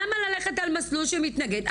למה ללכת על מסלול שמתנגד?